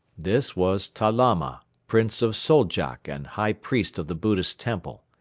this was ta lama, prince of soldjak and high priest of the buddhist temple.